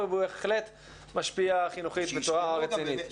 אבל הוא בהחלט משפיע חינוכית בצורה רצינית.